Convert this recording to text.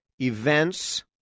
events